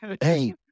Hey